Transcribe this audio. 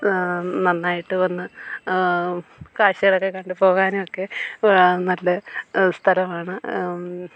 നന്നായിട്ട് വന്ന് കാഴ്ച്ചകളൊക്കെ കണ്ടുപോകാനും ഒക്കെ നല്ല സ്ഥലമാണ്